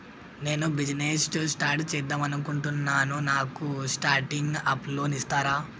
నేను business start చేద్దామనుకుంటున్నాను నాకు స్టార్టింగ్ అప్ లోన్ ఇస్తారా?